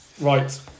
Right